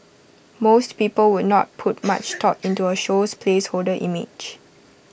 most people would not put much thought into A show's placeholder image